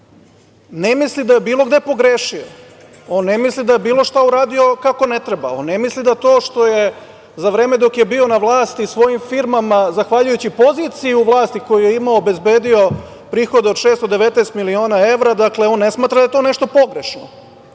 ne misli da je bilo gde pogrešio, on ne misli da je bilo šta uradio kako ne treba, on ne misli da to što je za vreme dok je bio na vlasti svojim firmama, zahvaljujući poziciji u vlasti koju je imao, obezbedio prihod od 619 miliona evra. Dakle, on ne smatra da je to pogrešno.